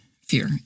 fear